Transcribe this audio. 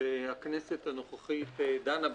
שהכנסת הנוכחית דנה בהם.